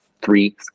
three